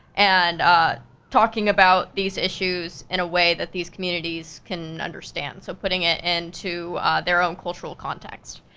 and talking about these issues in a way that these communities can understand. so putting it into their own cultural context.